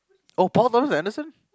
oh Paul loves Anderson